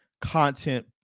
content